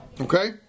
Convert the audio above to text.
Okay